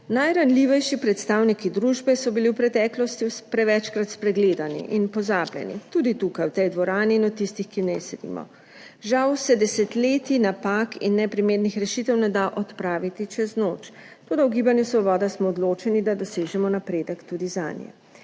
Najranljivejši predstavniki družbe so bili v preteklosti prevečkrat spregledani in pozabljeni, tudi tukaj v tej dvorani in od tistih, ki v njej sedimo. Žal se desetletij napak in neprimernih rešitev ne da odpraviti čez noč, toda v Gibanju Svoboda smo odločeni, da dosežemo napredek tudi zanje.